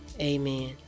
Amen